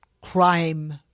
crime